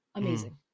amazing